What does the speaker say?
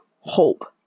hope